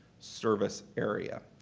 service area.